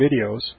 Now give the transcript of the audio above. videos